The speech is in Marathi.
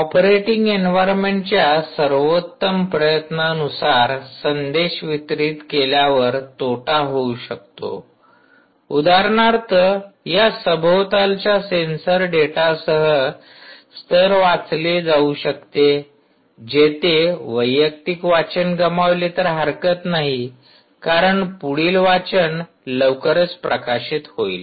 ऑपरेटिंग एन्व्हायर्मेंटच्या सर्वोत्तम प्रयत्नांनुसार संदेश वितरित केल्यावर तोटा होऊ शकतो उदाहरणार्थ या सभोवतालच्या सेन्सर डेटासह स्तर वाचले जाऊ शकते जेथे वैयक्तिक वाचन गमावले तर हरकत नाही कारण पुढील वाचन लवकरच प्रकाशित होईल